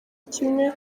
kimwe